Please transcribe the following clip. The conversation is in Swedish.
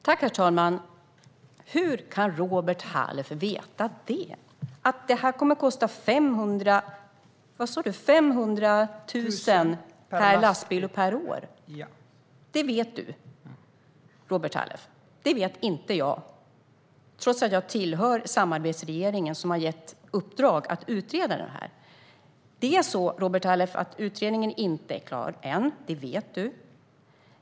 Herr talman! Hur kan du veta att det kommer att kosta 500 000 per lastbil och år, Robert Halef? Det säger du att du vet. Det vet inte jag, trots att jag tillhör regeringsunderlaget för den samarbetsregering som har gett uppdraget att utreda detta. Utredningen är inte klar än, Robert Halef. Det vet du.